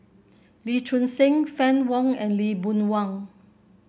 Lee Choon Seng Fann Wong and Lee Boon Wang